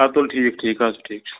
اَدٕ تُل ٹھیٖک ٹھیٖک حظ چھُ ٹھیٖک چھُ